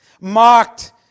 mocked